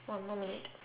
one more minute